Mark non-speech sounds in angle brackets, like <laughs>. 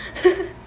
<laughs>